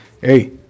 hey